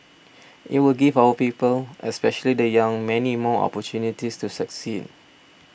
it will give our people especially the young many more opportunities to succeed